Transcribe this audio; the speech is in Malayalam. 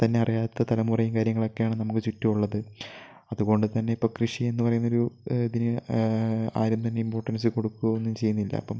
തന്നെ അറിയാത്ത തലമുറയും കാര്യങ്ങളൊക്കെയാണ് നമുക്ക് ചുറ്റും ഉള്ളത് അതുകൊണ്ട് തന്നെ ഇപ്പോൾ കൃഷിയെന്നുപറയുന്ന ഒരു ഇതിന് ആരും തന്നെ ഇമ്പോർട്ടൻസ് കൊടുക്കുകയോ ഒന്നും ചെയ്യുന്നില്ല അപ്പം